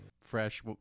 fresh